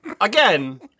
again